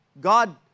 God